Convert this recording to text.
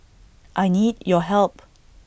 I need your help